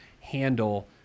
handle